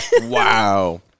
Wow